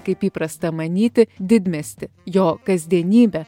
kaip įprasta manyti didmiestį jo kasdienybę